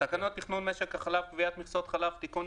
תקנות תכנון משק החלב (קביעת מכסות חלב)(תיקון),